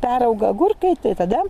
peraugo agurkai tai tada